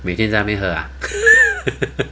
每天在那边喝 ah